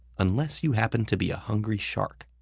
unless you happen to be a hungry shark.